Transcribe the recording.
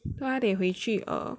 他得回去 err